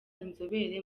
inzobere